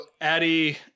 Addie